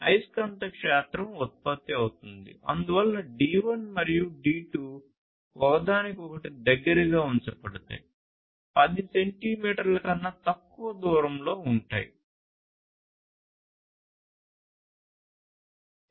అయస్కాంత క్షేత్రం ఉత్పత్తి అవుతుంది అందువలన D1 మరియు D2 ఒకదానికొకటి దగ్గరగా ఉంచబడతాయి 10 సెంటీమీటర్ల కన్నా తక్కువ దూరంలో ఉంటాయి